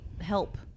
help